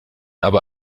aber